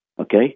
okay